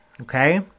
Okay